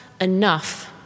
enough